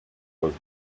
was